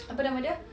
apa nama dia